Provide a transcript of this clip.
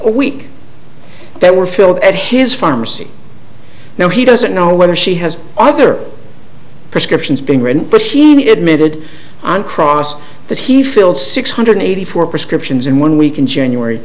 week that were filled at his pharmacy now he doesn't know whether she has other prescriptions being written heaney admitted on cross that he filled six hundred eighty four prescriptions in one week in january